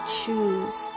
choose